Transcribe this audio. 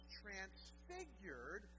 transfigured